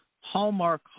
hallmark